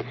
ग्राम